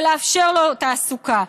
לאפשר לו תעסוקה.